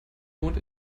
wohnt